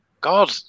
God